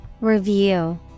Review